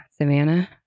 Savannah